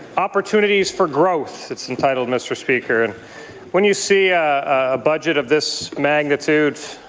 opportunities for growth it's entitled, mr. speaker, and when you see a ah budget of this magnitude,